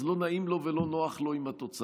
אז לא נעים לו ולא נוח לו עם התוצאה.